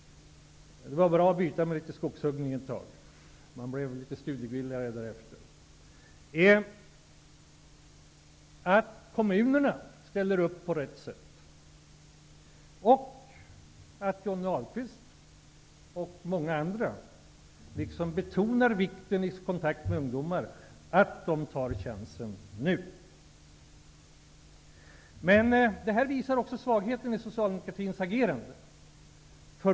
Det var bra att byta till litet skogshuggning ett tag. Man blev mera studievillig därefter. Det är också angeläget att kommunerna ställer upp på rätt sätt och att Johnny Ahlqvist och många andra vid kontakter med ungdomar betonar vikten av att de tar chansen nu. Det här visar också svagheten i Socialdemokraternas agerande.